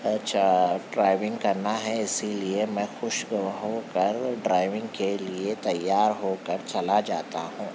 اچھا ڈوائونگ کرنا ہے اسی لیے میں خوش ہو کر ڈرائونگ کے لیے تیار ہو کر چلا جاتا ہوں